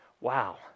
wow